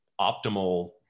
optimal